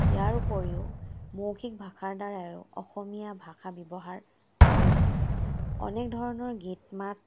ইয়াৰ উপৰিও মৌখিক ভাষাৰ দ্বাৰাও অসমীয়া ভাষা ব্যৱহাৰ কৰিছে অনেক ধৰণৰ গীত মাত